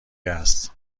است